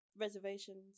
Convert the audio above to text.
reservations